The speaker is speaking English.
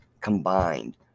combined